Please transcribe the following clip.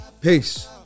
peace